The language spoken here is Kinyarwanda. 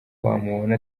wamubona